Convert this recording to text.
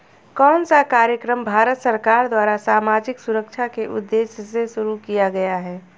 कौन सा कार्यक्रम भारत सरकार द्वारा सामाजिक सुरक्षा के उद्देश्य से शुरू किया गया है?